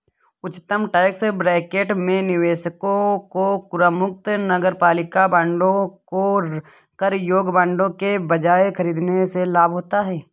उच्चतम tax bracket में निवेशकों को करमुक्त नगरपालिका बांडों को कर योग्य बांडों के बजाय खरीदने से लाभ होता है